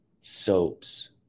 soaps